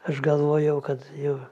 aš galvojau kad jo